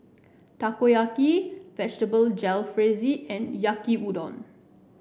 Takoyaki Vegetable Jalfrezi and Yaki Udon